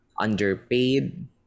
underpaid